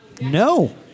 No